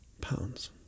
pounds